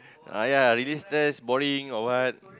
uh ya relieve stress boring or what